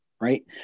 right